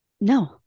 No